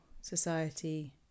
society